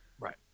Right